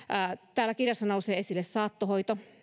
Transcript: täällä kirjassa nousee esille saattohoito